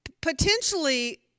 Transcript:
potentially